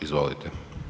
Izvolite.